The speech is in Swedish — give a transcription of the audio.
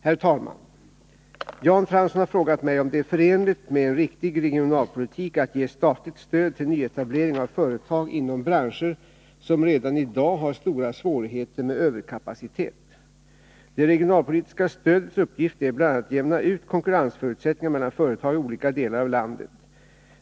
Herr talman! Jan Fransson har frågat mig om det är förenligt med en riktig regionalpolitik att ge statligt stöd till nyetablering av företag inom branscher som redan i dag har stora svårigheter med överkapacitet. Det regionalpolitiska stödets uppgift är bl.a. att jämna ut konkurrensförutsättningar mellan företag i olika delar av landet.